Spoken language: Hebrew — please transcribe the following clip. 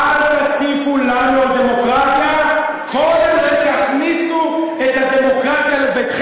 אז לפחות נסכים שישראל תהיה דמוקרטיה.